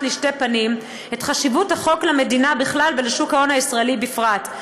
לשתי פנים את חשיבות החוק למדינה בכלל ולשוק ההון הישראלי בפרט.